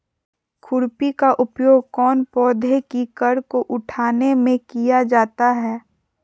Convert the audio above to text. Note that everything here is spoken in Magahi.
खुरपी का उपयोग कौन पौधे की कर को उठाने में किया जाता है?